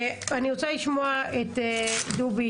אני רוצה לשמוע את דובי,